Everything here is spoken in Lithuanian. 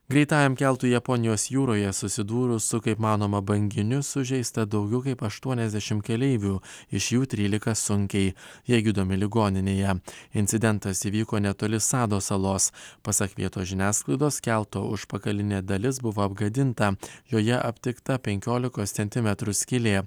greitajam keltui japonijos jūroje susidūrus su kaip manoma banginiu sužeista daugiau kaip aštuoniasdešim keleivių iš jų trylika sunkiai jie gydomi ligoninėje incidentas įvyko netoli sado salos pasak vietos žiniasklaidos kelto užpakalinė dalis buvo apgadinta joje aptikta penkiolikos centimetrų skylė